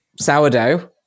sourdough